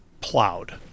plowed